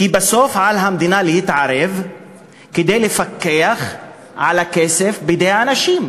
כי בסוף על המדינה להתערב כדי לפקח על הכסף שבידי האנשים,